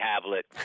tablet